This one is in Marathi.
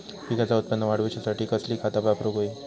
पिकाचा उत्पन वाढवूच्यासाठी कसली खता वापरूक होई?